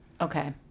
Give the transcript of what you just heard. Okay